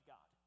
God